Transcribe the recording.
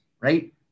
right